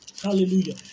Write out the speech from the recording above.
Hallelujah